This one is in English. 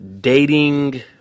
dating